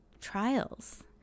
trials